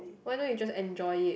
why don't you just enjoy it